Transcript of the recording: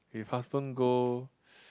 if husband go